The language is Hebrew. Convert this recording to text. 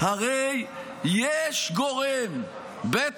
הרי יש גורם, בית